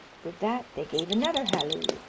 with that they gave another halloo,